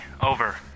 Over